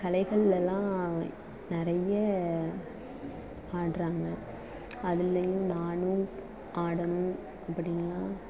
கலைகள் எல்லாம் நிறைய ஆடுறாங்க அதிலையும் நானும் ஆடணும் அப்படின்லாம்